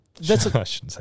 that's-